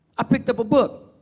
i picked up a book,